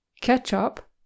ketchup